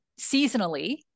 seasonally